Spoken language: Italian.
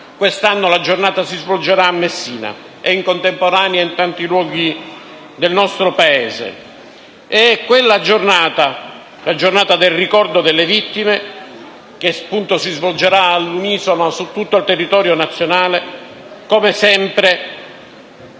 Quest'anno la giornata si svolgerà a Messina e, in contemporanea, in tanti luoghi del nostro Paese. E la giornata del ricordo delle vittime, che come dicevo si svolgerà all'unisono su tutto il territorio nazionale, come sempre